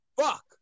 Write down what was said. fuck